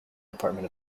department